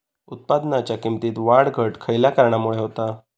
उत्पादनाच्या किमतीत वाढ घट खयल्या कारणामुळे होता?